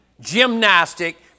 gymnastic